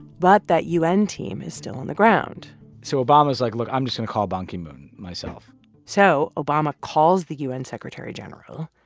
but that u n. team is still on the ground so obama is like, look, i'm just gonna call ban ki-moon myself so obama calls the u n. secretary general.